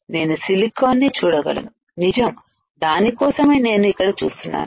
నేను సిలికాన్ ని చూడగలను నిజం దానికోసమే నేను ఇక్కడ చూస్తున్నాను